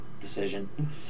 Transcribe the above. decision